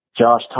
Josh